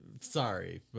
sorry